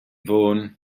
fôn